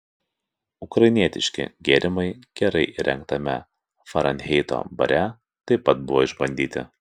ukrainietiški gėrimai gerai įrengtame farenheito bare taip pat buvo išbandyti